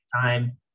time